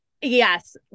Yes